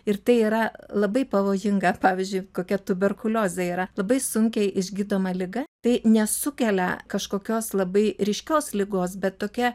ir tai yra labai pavojinga pavyzdžiui kokia tuberkuliozė yra labai sunkiai išgydoma liga tai nesukelia kažkokios labai ryškios ligos bet tokia